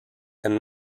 and